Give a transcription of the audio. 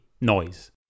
noise